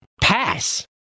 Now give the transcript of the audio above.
Pass